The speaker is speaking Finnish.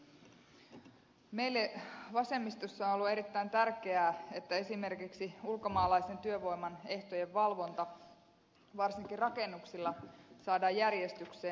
meille vasemmistossa on ollut erittäin tärkeää että esimerkiksi ulkomaalaisen työvoiman ehtojen valvonta varsinkin rakennuksilla saadaan järjestykseen